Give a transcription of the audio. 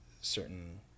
certain